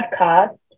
podcast